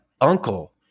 uncle